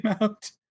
out